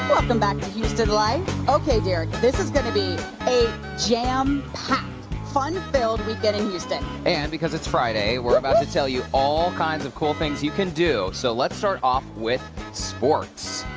back to houston life. okay, derrick, this is going to be a jam-packed fun-filled weekend in houston. and because it's friday, we're about to tell you all kinds of cool things you can do. so let's start off with sports.